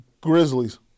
Grizzlies